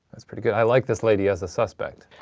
that's pretty good. i like this lady as a suspect.